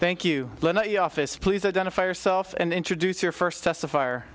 thank you your office please identify yourself and introduce your first testif